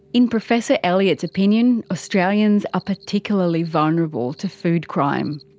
in professor elliott's opinion, australians are particularly vulnerable to food crime.